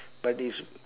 but it's